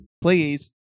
please